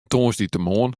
tongersdeitemoarn